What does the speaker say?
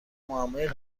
معمای